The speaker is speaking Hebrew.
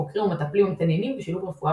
חוקרים ומטפלים המתעניינים בשילוב רפואה